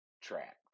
trapped